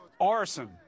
arson